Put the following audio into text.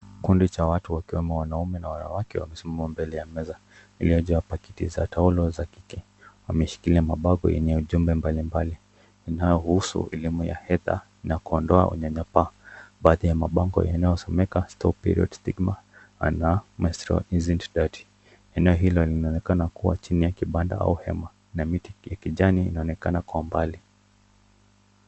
Kundi cha watu wakiwemo wanaume na wanawake wamesimama mbele ya meza iliyojaa pakiti za taulo za kike. Wameshika mabango yenye ujumbe mbalimbali inayohusu elimu ya hedhi na kuondoa unyanyapaa. Baadhi ya mabango yanayosomeka stop period stigma na menstrual isn't dirty. Eneo hilo linaonekana kuwa chini ya kibanda au hema, na miti ya kijani inaonekana kwa mbali.